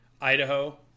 idaho